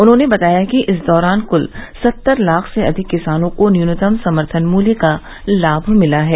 उन्होंने बताया कि इस दौरान कुल सत्तर लाख से अधिक किसानों को न्यूनतम समर्थन मूल्य का लाभ मिला है